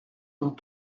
dans